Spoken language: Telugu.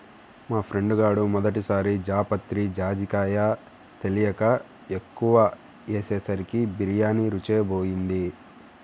మా ఫ్రెండు గాడు మొదటి సారి జాపత్రి, జాజికాయ తెలియక ఎక్కువ ఏసేసరికి బిర్యానీ రుచే బోయింది